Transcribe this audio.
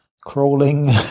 crawling